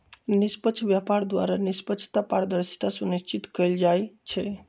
निष्पक्ष व्यापार द्वारा निष्पक्षता, पारदर्शिता सुनिश्चित कएल जाइ छइ